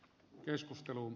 keskustelun